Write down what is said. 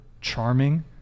charming